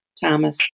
Thomas